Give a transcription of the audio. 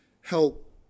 help